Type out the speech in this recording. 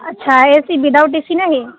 अच्छा A C without A C नहीं